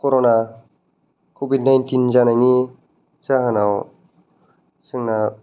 करना कभिद नाएनथिन जानायनि जाहोनाव जोंना